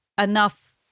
enough